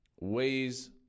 Ways